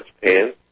Japan